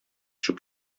чүп